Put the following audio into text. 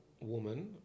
woman